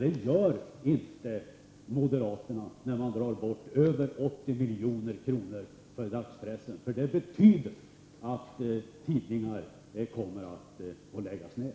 Det gör inte moderaterna när de vill dra bort över 80 milj.kr. från dagspressen, för det betyder att tidningar kommer att få läggas ned.